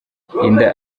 inda